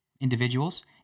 individuals